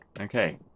Okay